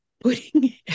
putting